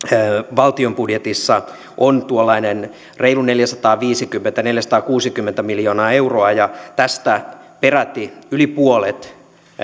valtion budjetissa on tuollainen reilu neljäsataaviisikymmentä viiva neljäsataakuusikymmentä miljoonaa euroa ja tästä peräti yli puolet